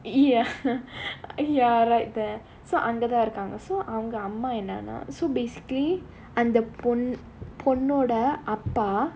ya ya right there so so அங்கதான் இருகாங்க:angathaan irukaanga basically அந்த பொண்ணோட அப்பா:andha ponnoda appa